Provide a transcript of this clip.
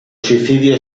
suicidio